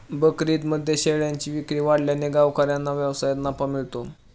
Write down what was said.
बकरीदमध्ये शेळ्यांची विक्री वाढल्याने गावकऱ्यांना व्यवसायात नफा मिळतो